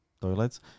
toilets